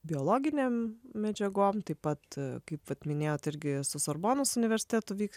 biologinėm medžiagom taip pat kaip vat minėjot irgi su sorbonos universitetu vyk